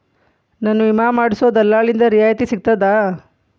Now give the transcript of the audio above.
ನನ್ನ ವಿಮಾ ಮಾಡಿಸೊ ದಲ್ಲಾಳಿಂದ ರಿಯಾಯಿತಿ ಸಿಗ್ತದಾ?